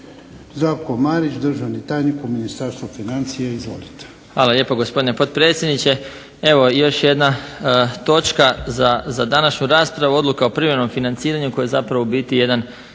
Zdravko Marić državni tajnik u Ministarstvu financija. Izvolite.